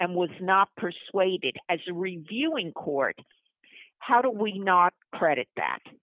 and was not persuaded as a reviewing court how do we not credit that